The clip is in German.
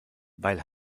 weil